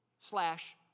slash